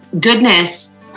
goodness